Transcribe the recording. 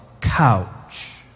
couch